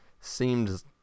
seemed